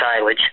silage